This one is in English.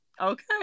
Okay